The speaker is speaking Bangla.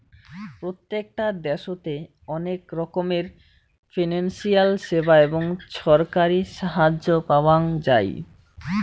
প্রত্যেকটা দ্যাশোতে অনেক রকমের ফিনান্সিয়াল সেবা এবং ছরকারি সাহায্য পাওয়াঙ যাই